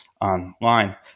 online